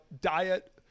diet